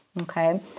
okay